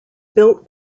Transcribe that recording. built